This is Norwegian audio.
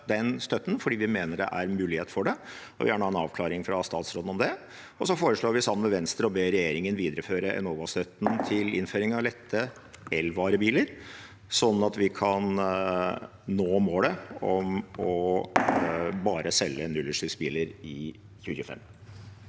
fordi vi mener det er mulighet for det, og vil gjerne ha en avklaring fra statsråden om det. Og vi foreslår sammen med Venstre å be regjeringen videreføre Enova-støtten til innføring av lette elvarebiler, sånn at vi kan nå målet om bare å selge nullutslippsbiler i 2025.